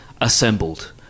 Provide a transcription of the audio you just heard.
assembled